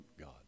god